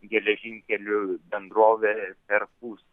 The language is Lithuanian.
geležinkelių bendrovė perpus